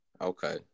Okay